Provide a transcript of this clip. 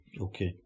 Okay